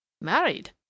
married